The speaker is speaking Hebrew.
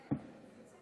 כבוד היושב-ראש,